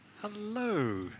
Hello